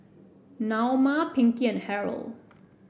Naoma Pinkie and Harrell